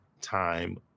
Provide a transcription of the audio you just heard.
time